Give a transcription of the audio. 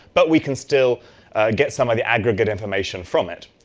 but we can still get some of the aggregate information from it.